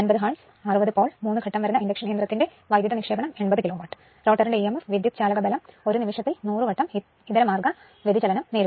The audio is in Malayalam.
റോട്ടറിന്റെ emf വിദ്യുത്ചാലകബലം ഒരു നിമിഷത്തിൽ 100 വട്ടം ഇത്തരമാർഗ വ്യതിചലനം നേരിടുന്നു